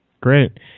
Great